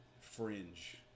fringe